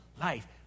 life